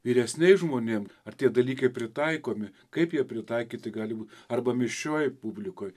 vyresniais žmonėm ar tie dalykai pritaikomi kaip jie pritaikyti gali būt arba mišrioj publikoj